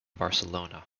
barcelona